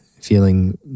feeling